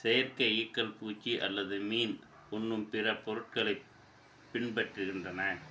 செயற்கை ஈக்கள் பூச்சி அல்லது மீன் உண்ணும் பிற பொருட்களைப் பின்பற்றுகின்றன